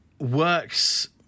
works